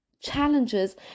Challenges